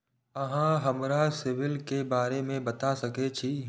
अहाँ हमरा सिबिल के बारे में बता सके छी?